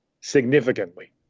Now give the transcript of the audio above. significantly